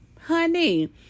honey